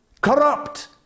corrupt